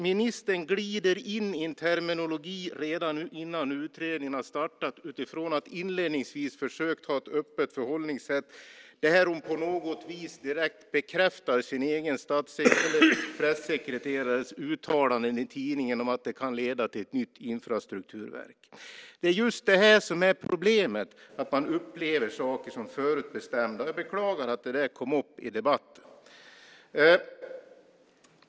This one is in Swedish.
Ministern glider redan innan utredningen har startat in i en terminologi - efter att inledningsvis ha försökt ha ett öppet förhållningssätt - där hon på något vis direkt bekräftar sin egen pressekreterares uttalande i tidningen om att detta kan leda till ett nytt infrastrukturverk. Problemet är just detta att man upplever saker som förutbestämda. Jag beklagar att det kom upp i debatten.